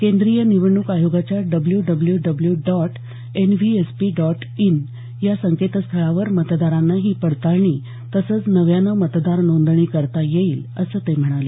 केंद्रीय निवडणूक आयोगाच्या W W W dot N V S P dot in या संकेतस्थळावर मतदारांना ही पडताळणी तसंच नव्यानं मतदार नोंदणी करता येईल असं ते म्हणाले